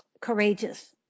Courageous